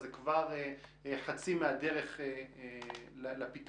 זה כבר חצי מהדרך לפתרון.